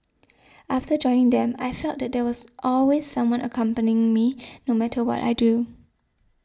after joining them I felt that there was always someone accompanying me no matter what I do